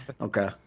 okay